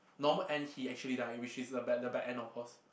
normal end he actually die which is the bad the bad end of course